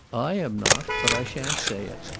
i am not. but i shan't say it.